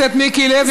חבר הכנסת מיקי לוי,